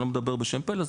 ואני לא מדבר בשם "פלס",